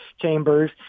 chambers